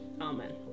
Amen